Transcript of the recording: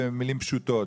למילים פשוטות.